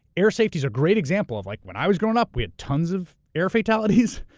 air safety's a great example of, like, when i was growing up, we had tons of air fatalities,